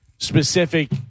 specific